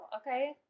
Okay